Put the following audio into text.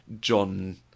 john